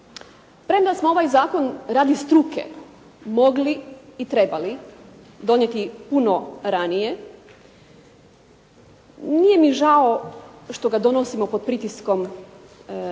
Premda smo ovaj zakon radi struke mogli i trebali donijeti puno ranije, nije mi žao što ga donosimo pod pritiskom i